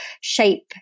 shape